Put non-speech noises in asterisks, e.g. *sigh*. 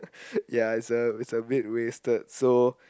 *laughs* ya so is a bit is a bit wasted so